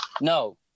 no